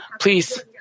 Please